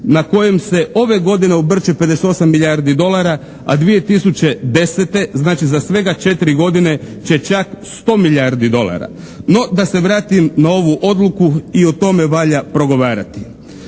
na kojem se ove godine obrće 58 milijardi dolara, a 2010. znači za svega četiri godine će čak 100 milijardi dolara. No da se vratim na ovu odluku i o tome valja progovarati.